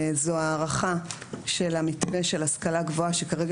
זו הארכה של המתווה של השכלה גבוהה שכרגע